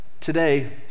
Today